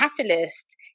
catalyst